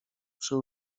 przy